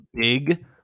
big